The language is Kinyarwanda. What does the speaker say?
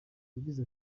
yagize